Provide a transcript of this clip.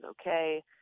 okay